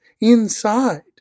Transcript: inside